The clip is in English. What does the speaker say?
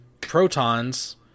protons